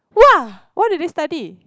wah what did they study